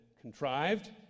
contrived